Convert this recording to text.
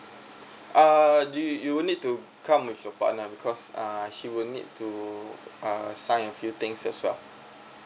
err do you need to come with your partner because uh she will need to uh sign a few things as well